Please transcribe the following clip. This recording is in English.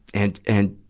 and, and,